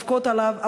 לבכות עליו,